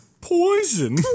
Poison